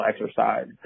exercise